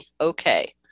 okay